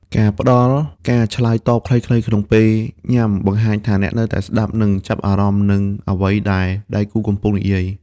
ការផ្ដល់ការឆ្លើយតបខ្លីៗក្នុងពេលញ៉ាំ បង្ហាញថាអ្នកនៅតែស្ដាប់ និងចាប់អារម្មណ៍នឹងអ្វីដែលដៃគូកំពុងនិយាយ។